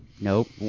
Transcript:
nope